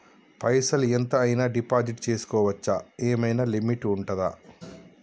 పైసల్ ఎంత అయినా డిపాజిట్ చేస్కోవచ్చా? ఏమైనా లిమిట్ ఉంటదా?